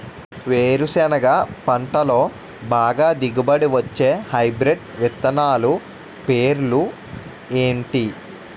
వేరుసెనగ పంటలో బాగా దిగుబడి వచ్చే హైబ్రిడ్ విత్తనాలు పేర్లు ఏంటి?